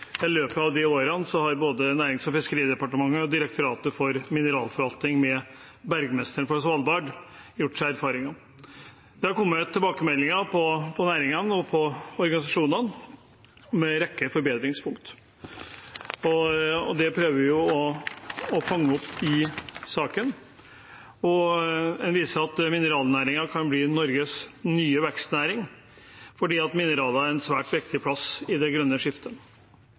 i løpet av de årene har både Nærings- og fiskeridepartementet og Direktoratet for mineralforvaltning med Bergmesteren for Svalbard gjort seg erfaringer. Det har kommet tilbakemeldinger fra næringen og fra organisasjonene om en rekke forbedringspunkter. Det prøver vi å fange opp i saken. Vi viser til at mineralnæringen kan bli Norges nye vekstnæring, fordi mineraler har en svært viktig plass i det grønne skiftet.